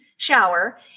shower